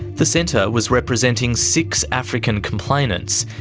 the centre was representing six african complainants,